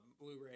Blu-ray